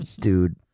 Dude